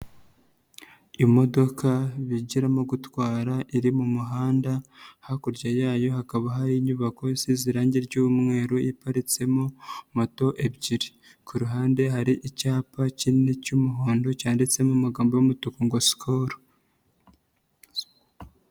Imodoka bigiramo gutwara iri mu muhanda, hakurya yayo hakaba hari inyubako isize irangi ry'umweru iparitsemo moto ebyiri, ku ruhande hari icyapa kinini cy'umuhondo cyanditsemo amagambo y'umutuku ngo Schol.